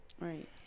Right